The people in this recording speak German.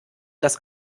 dass